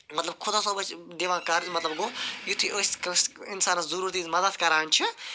مَطلَب خۄدا صٲبَس چھِ دِوان قرض مَطلَب گوٚو یُتھُے أسۍ کٲنٛسہِ اِنسانَس ضوٚروٗرت وزِ مدد کَران چھِ